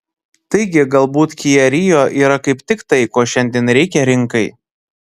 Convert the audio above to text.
taigi galbūt kia rio yra kaip tik tai ko šiandien reikia rinkai